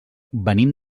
venim